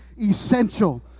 essential